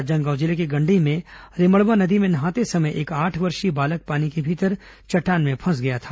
राजनांदगांव जिले के गंडई में रेमड़वा नदी में नहाते समय एक आठ वर्षीय बालक पानी के भीतर चट्टान में फंस गया था